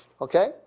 okay